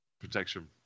Protection